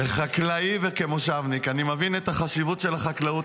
כחקלאי וכמושבניק אני מבין את החשיבות של החקלאות